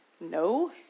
No